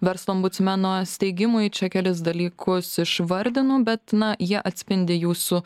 verslo ombudsmeno steigimui čia kelis dalykus išvardinu bet na jie atspindi jūsų